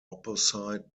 opposite